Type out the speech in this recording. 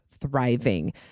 thriving